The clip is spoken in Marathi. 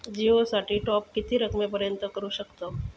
जिओ साठी टॉप किती रकमेपर्यंत करू शकतव?